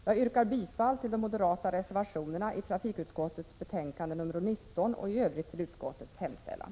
Jag yrkar bifall till de moderata reservationerna i trafikutskottets betänkande nr 19 och i övrigt till utskottets hemställan.